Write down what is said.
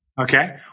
Okay